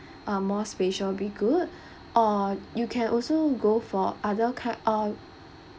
um more space sure will be good or you can also go for other kind um